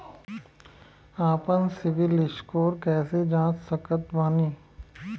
आपन सीबील स्कोर कैसे जांच सकत बानी?